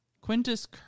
quintus